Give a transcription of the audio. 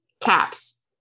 caps